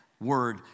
word